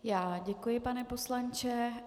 Já děkuji, pane poslanče.